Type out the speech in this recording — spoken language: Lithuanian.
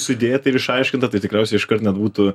sudėta ir išaiškinta tai tikriausiai iškart net būtų